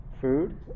Food